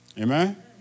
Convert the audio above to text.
Amen